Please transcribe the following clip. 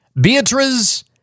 Beatriz